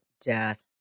death